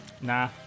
Nah